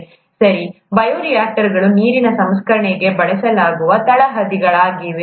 ಬಯೋರಿಯಾಕ್ಟರ್ಗಳು ನೀರಿನ ಸಂಸ್ಕರಣೆಗೆ ಬಳಸಲಾಗುವ ತಳಹದಿಗಳಾಗಿವೆ